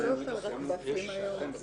את